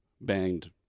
banged